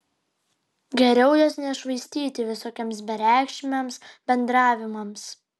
geriau jos nešvaistyti visokiems bereikšmiams bendravimams